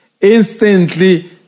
Instantly